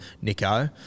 Nico